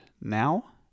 now